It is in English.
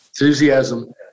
Enthusiasm